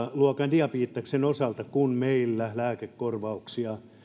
diabeteksen osalta kun meillä lääkekorvauksia